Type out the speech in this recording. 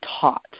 taught